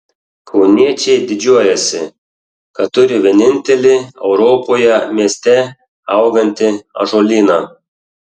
kauniečiai didžiuojasi kad turi vienintelį europoje mieste augantį ąžuolyną